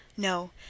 No